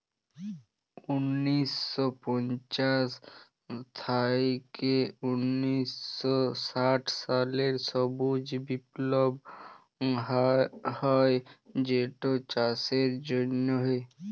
উনিশ শ পঞ্চাশ থ্যাইকে উনিশ শ ষাট সালে সবুজ বিপ্লব হ্যয় যেটচাষের জ্যনহে